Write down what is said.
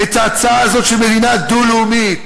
את ההצעה הזאת של מדינה דו-לאומית.